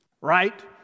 Right